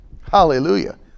Hallelujah